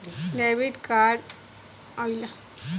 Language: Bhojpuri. डेबिट और क्रेडिट कार्ड का होला?